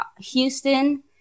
Houston